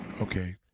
Okay